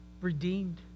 redeemed